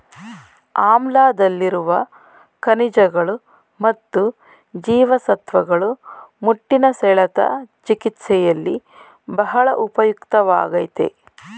ಆಮ್ಲಾದಲ್ಲಿರುವ ಖನಿಜಗಳು ಮತ್ತು ಜೀವಸತ್ವಗಳು ಮುಟ್ಟಿನ ಸೆಳೆತ ಚಿಕಿತ್ಸೆಯಲ್ಲಿ ಬಹಳ ಉಪಯುಕ್ತವಾಗಯ್ತೆ